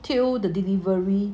till the delivery